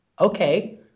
Okay